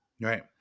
Right